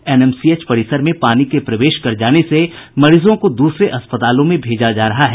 NMCH परिसर में पानी के प्रवेश कर जाने से मरीजों को दूसरे अस्पतालों में भेजा जा रहा है